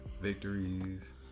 victories